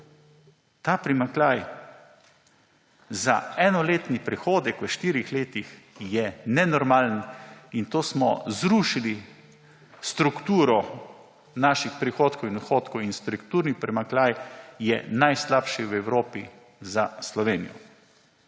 Ta primanjkljaj za enoletni prihodek v štirih letih je nenormalen in s tem smo zrušili strukturo naših prihodkov in odhodkov. Strukturni primanjkljaj je najslabši v Evropi za Slovenijo